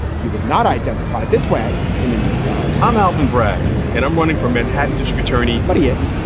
he was not identified this way in the new york times. i'm alvin brad and i'm running for manhattan district attorney. but he is.